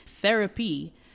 Therapy